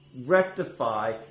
rectify